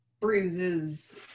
bruises